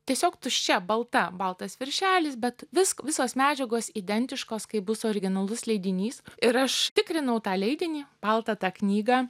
tiesiog tuščia balta baltas viršelis bet vis visos medžiagos identiškos kaip bus originalus leidinys ir aš tikrinau tą leidinį baltą tą knygą